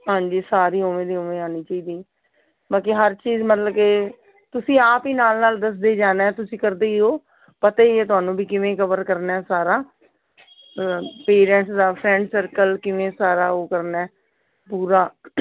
ਹਾਂਜੀ ਸਾਰੀ ਉਵੇਂ ਦੀ ਉਵੇਂ ਆਉਣੀ ਚਾਹੀਦੀ ਬਾਕੀ ਹਰ ਚੀਜ਼ ਮਤਲਬ ਕਿ ਤੁਸੀਂ ਆਪ ਹੀ ਨਾਲ ਨਾਲ ਦੱਸਦੇ ਹੀ ਜਾਣਾ ਤੁਸੀਂ ਕਰਦੇ ਹੀ ਹੋ ਪਤਾ ਹੀ ਹੈ ਤੁਹਾਨੂੰ ਵੀ ਕਿਵੇਂ ਕਵਰ ਕਰਨਾ ਸਾਰਾ ਪੇਰੈਂਟਸ ਦਾ ਫਰੈਂਡ ਸਰਕਲ ਕਿਵੇਂ ਸਾਰਾ ਉਹ ਕਰਨਾ ਪੂਰਾ